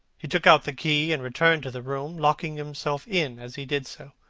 he took out the key and returned to the room, locking himself in as he did so.